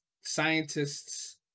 scientists